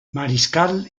mariscal